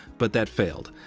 but that failed.